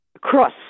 Cross